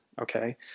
Okay